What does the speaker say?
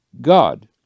God